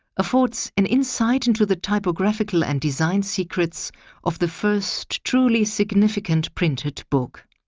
affords an insight into the typographical and design secrets of the first truly significant printed book.